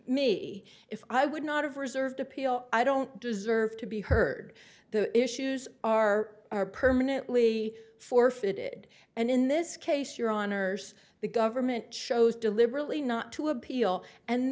me if i would not have reserved appeal i don't deserve to be heard the issues are are permanently forfeited and in this case your honour's the government shows deliberately not to appeal and